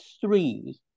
three